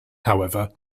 however